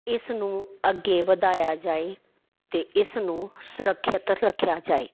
ਇਸ ਨੂੰ ਅੱਗੇ ਵਧਾਇਆ ਜਾਏ ਅਤੇ ਇਸ ਨੂੰ ਸੁਰੱਖਿਅਤ ਰੱਖਿਆ ਜਾਏ